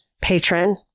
patron